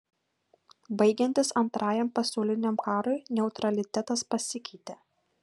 baigiantis antrajam pasauliniam karui neutralitetas pasikeitė